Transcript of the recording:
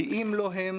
כי אם לא הם,